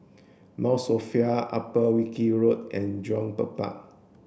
Mount Sophia Upper Wilkie Road and Jurong Bird Park